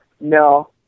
no